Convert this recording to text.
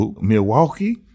Milwaukee